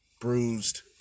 bruised